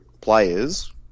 players